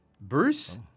Bruce